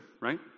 right